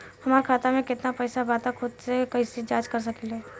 हमार खाता में केतना पइसा बा त खुद से कइसे जाँच कर सकी ले?